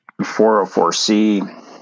404C